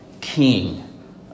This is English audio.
King